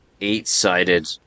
eight-sided